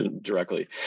directly